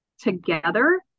together